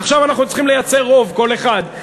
עכשיו אנחנו צריכים לייצר רוב כל אחד,